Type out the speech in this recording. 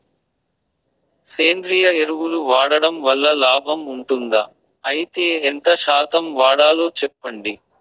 సేంద్రియ ఎరువులు వాడడం వల్ల లాభం ఉంటుందా? అయితే ఎంత శాతం వాడాలో చెప్పండి?